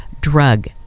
drug